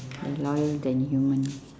they're loyal than human